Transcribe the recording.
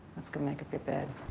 let's go make up your bed.